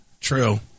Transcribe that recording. True